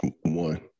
One